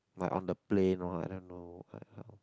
like on the plane or I don't know like how